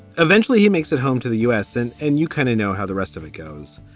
eventually he makes it home to the u s. and and you kind of know how the rest of it goes.